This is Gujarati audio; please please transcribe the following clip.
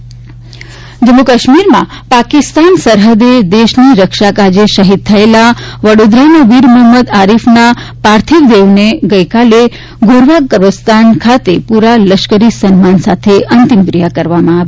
શહીદ મહંમદ આરીફ જમ્મુ કાશ્મીરમાં પાકિસ્તાન સરહદે દેશની રક્ષા કાજે શહીદ થયેલા વડોદારના વીર મહંમદ આરિફના પાર્થિવ દેહને ગઈકાલે ગોરવા કબ્રસ્તાન ખાતે પૂરા લશ્કરી સન્માન સાથે અંતિમક્રિયા કરવામાં આવી